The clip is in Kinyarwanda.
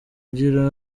ugira